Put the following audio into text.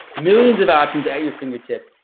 millions of options at your fingertips,